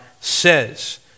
says